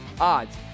odds